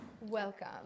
Welcome